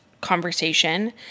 conversation